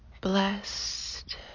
blessed